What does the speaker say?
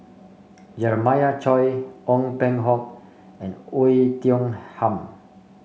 Jeremiah Choy Ong Peng Hock and Oei Tiong Ham